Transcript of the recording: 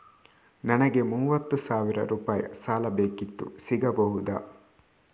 ನನಗೆ ಮೂವತ್ತು ಸಾವಿರ ರೂಪಾಯಿ ಸಾಲ ಬೇಕಿತ್ತು ಸಿಗಬಹುದಾ?